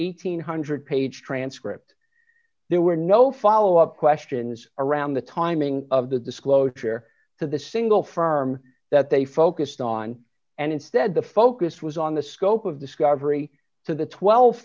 eight hundred dollars page transcript there were no follow up questions around the timing of the disclosure to the single firm that they focused on and instead the focus was on the scope of discovery to the twel